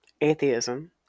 atheism